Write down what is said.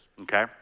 okay